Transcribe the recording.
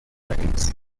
crimes